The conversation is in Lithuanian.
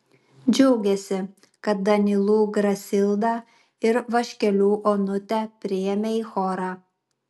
džiaugėsi kad danylų grasildą ir vaškelių onutę priėmė į chorą